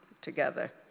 together